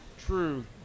true